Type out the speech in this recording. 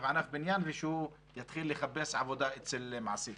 ענף בניין ושהוא יתחיל לחפש עבודה אצל מעסיק?